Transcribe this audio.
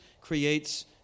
creates